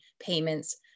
payments